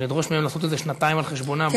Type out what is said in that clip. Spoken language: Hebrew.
ולדרוש מהם לעשות את זה שנתיים על חשבונם,